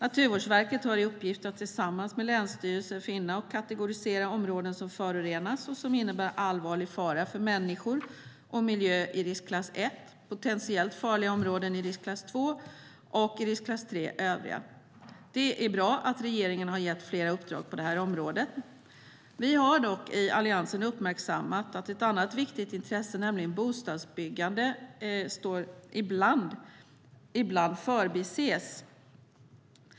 Naturvårdsverket har i uppgift att tillsammans med länsstyrelserna finna och kategorisera områden som förorenats och som innebär allvarlig fara för människor och miljö i riskklass 1, potentiellt farliga områdena i riskklass 2 och övriga i riskklass 3. Det är bra att regeringen har gett flera uppdrag på det här området. Vi i Alliansen har dock uppmärksammat att ett annat viktigt intresse, nämligen bostadsbyggandet, ibland förbises.